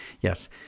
yes